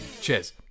Cheers